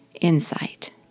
insight